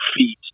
feet